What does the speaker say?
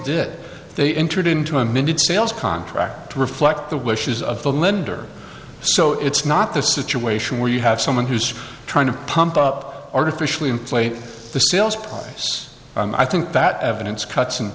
did they entered into a minute sales contract to reflect the wishes of the lender so it's not the situation where you have someone who's trying to pump up artificially inflate the sales price and i think that evidence cuts and